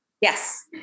Yes